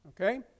Okay